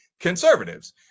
conservatives